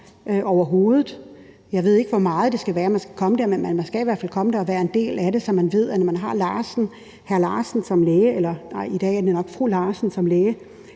overhovedet. Jeg ved ikke, hvor meget det skal være, man skal komme der, men man skal i hvert fald komme der og være en del af det, så patienterne ved, at når de har hr. Larsen – eller nej, i dag er det nok fru Larsen – som læge,